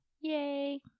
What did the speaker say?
yay